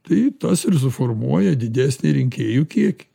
tai tas ir suformuoja didesnį rinkėjų kiekį